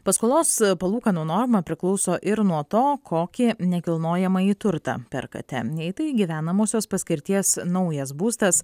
paskolos palūkanų norma priklauso ir nuo to kokį nekilnojamąjį turtą perkate nei tai gyvenamosios paskirties naujas būstas